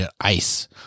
ice